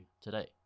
today